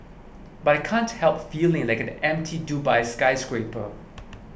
but I can't help feeling like an empty Dubai skyscraper